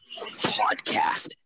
podcast